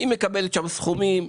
היא מקבלת שם סכומים.